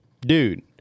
Dude